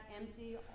empty